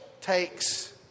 takes